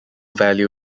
value